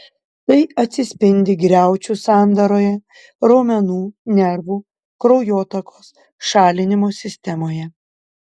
tai atsispindi griaučių sandaroje raumenų nervų kraujotakos šalinimo sistemoje